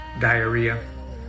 diarrhea